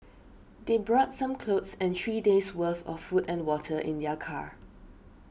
they brought some clothes and three days' worth of food and water in their car